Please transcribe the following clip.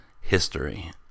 history